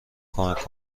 کمک